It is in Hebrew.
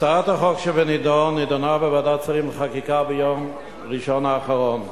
הצעת החוק שבנדון נדונה בוועדת שרים לחקיקה ביום ראשון האחרון,